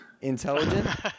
intelligent